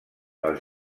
els